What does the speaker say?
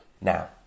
Now